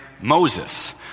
Moses